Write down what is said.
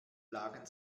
plagen